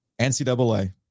NCAA